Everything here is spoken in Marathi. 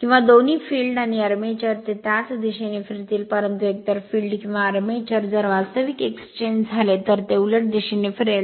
किंवा दोन्ही फील्ड आणि आर्मेचर ते त्याच दिशेने फिरतील परंतु एकतर फील्ड किंवा आर्मेचर जर वास्तविक एक्सचेंज झाले तर ते उलट दिशेने फिरेल